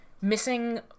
missing